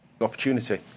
Opportunity